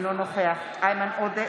אינו נוכח איימן עודה,